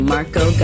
Marco